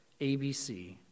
ABC